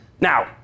Now